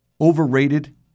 overrated